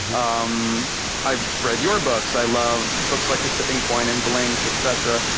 um i've read your books. i love books like the tipping point and blink etc,